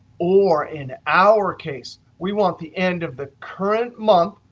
or, in our case, we want the end of the current month,